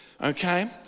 Okay